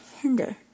hinder